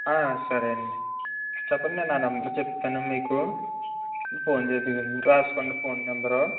ఆ సరేఅండి చెప్పండి నా నెంబర్ చెప్తాను మీకు ఫోన్ చేద్దురుగాని రాసుకోండి ఫోన్ నెంబరు